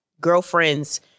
girlfriend's